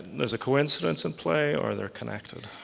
there's a coincidence in play or they're connected.